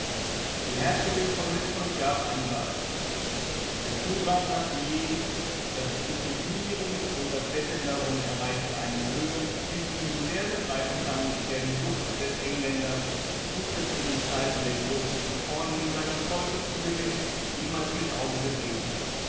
die herzogin von richmond gab einen ball der zudrang nach billets das intriguieren und das betteln darum erreichte eine höhe wie sie nur der begreifen kann der die sucht des engländers zutritt in die kreise der großen und vornehmen seines volks zu gewinnen jemals mit augen gesehen hat